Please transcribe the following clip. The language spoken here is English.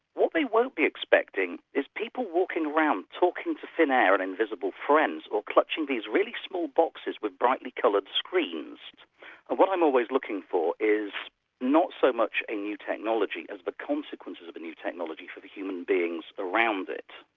what they won't be expecting is people walking around talking to thin air and invisible friends, or clutching these really small boxes with brightly coloured screens. and what i'm always looking for is not so much a new technology as the but consequences of the but new technology for the human beings around it.